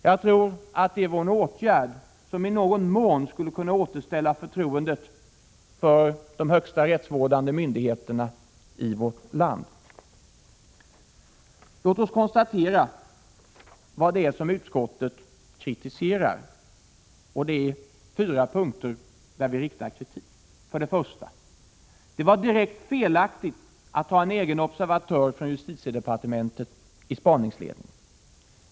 Jag tror att det vore en åtgärd som i någon mån skulle kunna återställa förtroendet för de högsta rättsvårdande myndigheterna i vårt land. Låt oss konstatera vad det är som utskottet kritiserar. Det är på fyra punkter vi framför kritik. För det första: Det var direkt felaktigt att ha en egen observatör från justitiedepartementet i spaningsledningen.